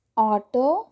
auto